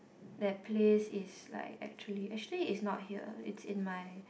that place is like actually actually it's not here it's in my